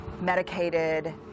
medicated